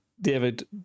David